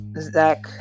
Zach